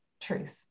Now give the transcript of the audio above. truth